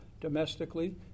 domestically